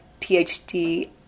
PhD